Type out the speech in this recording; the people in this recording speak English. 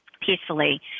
peacefully